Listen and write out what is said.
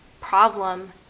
problem